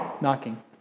knocking